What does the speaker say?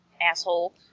Asshole